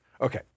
Okay